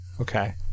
Okay